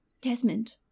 Desmond